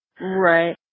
Right